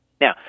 Now